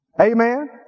Amen